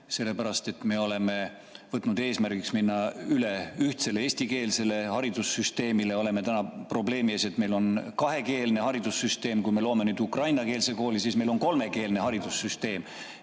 sellepärast et me oleme võtnud eesmärgiks minna üle ühtsele eestikeelsele haridussüsteemile. Oleme probleemi ees, et meil on kahekeelne haridussüsteem. Kui me loome ukrainakeelse kooli, siis meil on kolmekeelne haridussüsteem.